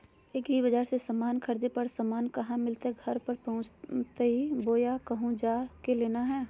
एग्रीबाजार से समान खरीदे पर समान कहा मिलतैय घर पर पहुँचतई बोया कहु जा के लेना है?